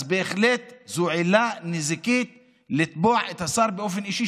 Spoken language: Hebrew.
אז בהחלט זו עילה נזיקית לתבוע את השר באופן אישי,